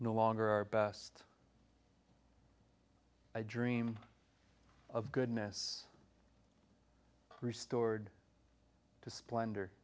no longer our best i dream of goodness restored to splendor